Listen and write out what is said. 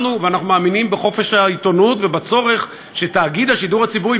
אנחנו מאמינים בחופש העיתונות ובצורך שתאגיד השידור הציבורי,